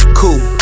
cool